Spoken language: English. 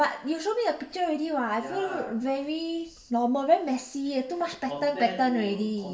but you show me the picture already [what] I feel very normal very messy too much pattern pattern already